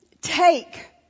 take